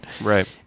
Right